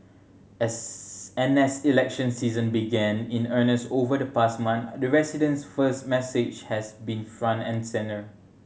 as and as election season began in earnest over the past month the residents first message has been front and centre